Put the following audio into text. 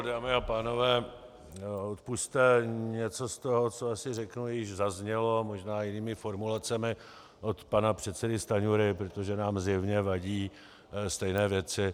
Dámy a pánové, odpusťte, něco z toho, co asi řeknu, již zaznělo, a možná jinými formulacemi, od pana předsedy Stanjury, protože nám zjevně vadí stejné věci.